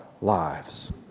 lives